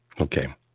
Okay